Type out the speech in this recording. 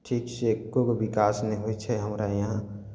ठीक से एगो विकास नहि होइ छै हमरा यहाँ